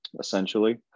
essentially